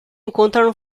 incontrano